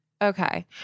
Okay